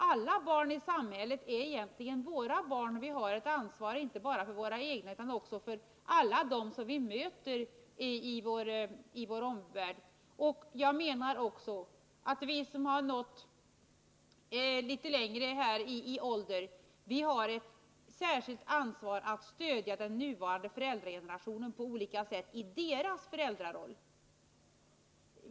Alla barn i samhället är egentligen våra barn. Vi har ett ansvar inte bara för våra egna utan också för alla dem vi möter i vår omvärld. Jag menar också att vi som har nått litet längre i ålder har ett skilt ansvar att stödja den nuvarande föräldragenerationen på olika sätt i deras föräldraroll.